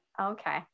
Okay